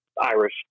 Irish